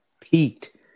peaked